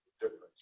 difference